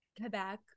Quebec